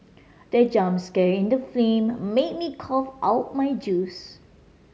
the jump scare in the film made me cough out my juice